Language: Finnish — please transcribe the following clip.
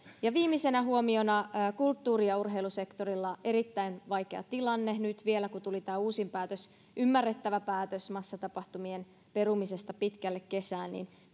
ja viimeisenä huomiona kulttuuri ja urheilusektorilla on erittäin vaikea tilanne nyt vielä kun tuli tämä uusin päätös ymmärrettävä päätös massatapahtumien perumisesta pitkälle kesään